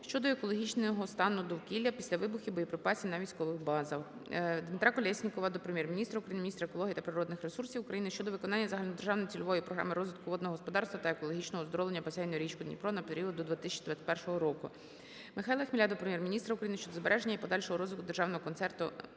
щодо екологічного стану довкілля після вибухів боєприпасів на військових базах. Дмитра Колєснікова до Прем'єр-міністра України, міністр екології та природних ресурсів України щодо виконання Загальнодержавної цільової програми розвитку водного господарства та екологічного оздоровлення басейну річки Дніпро на період до 2021 року. МихайлаХміля до Прем'єр-міністра України щодо збереження і подальшого розвитку державного концерну "РРТ"